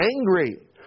angry